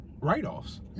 write-offs